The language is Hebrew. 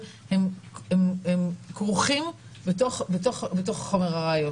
כרוכים בתוך החומר הראיות.